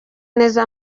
neza